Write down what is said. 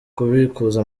kubikuza